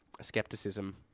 skepticism